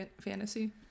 fantasy